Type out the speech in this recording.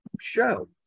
show